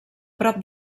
prop